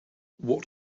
what